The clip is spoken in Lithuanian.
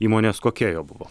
įmones kokia jo buvo